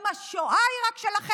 גם השואה היא רק שלכם?